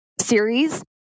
series